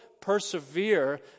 persevere